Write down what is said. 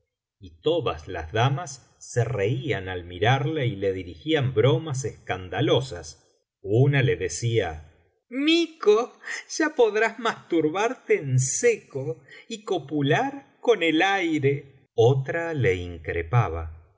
y todas las damas se reían al mirarle y le dirigían bromas escandalosas una le decía mico ya podrás masturbarte en seco y copular con el aire otra le increpaba